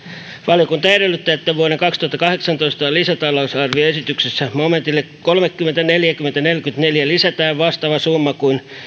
valiokunta edellyttää että vuoden kaksituhattakahdeksantoista lisätalousarvioesityksessä momentille kolmekymmentä neljäkymmentä neljäkymmentäneljä lisätään vastaava summa kuin